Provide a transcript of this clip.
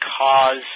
cause